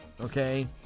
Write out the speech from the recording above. okay